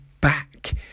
back